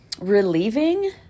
relieving